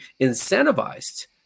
incentivized